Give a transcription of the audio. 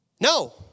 No